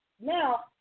now